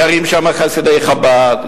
גרים שמה חסידי חב"ד,